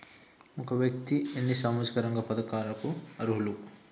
ఒక వ్యక్తి ఎన్ని సామాజిక రంగ పథకాలకు అర్హులు?